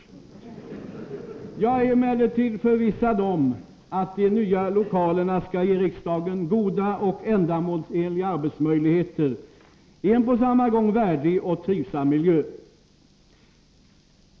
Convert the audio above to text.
Jag är emellertid förvissad om att de nya lokalerna skall ge riksdagen goda och ändamålsenliga arbetsmöjligheter i en på samma gång värdig och trivsam miljö.